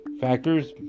factors